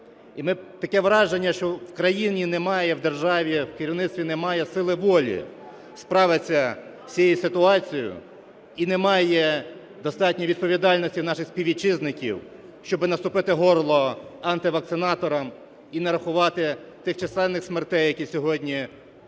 Таке враження, що в країні немає, в державі, в керівництві немає сили волі справитись з цією ситуацією і немає достатньо відповідальності у наших співвітчизників, щоб наступити на горло антивакцинаторам і не рахувати тих численних смертей, які сьогодні спіткали